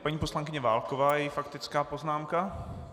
Paní poslankyně Válková její faktická poznámka.